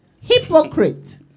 Hypocrite